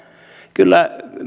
kyllä